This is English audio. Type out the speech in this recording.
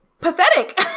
pathetic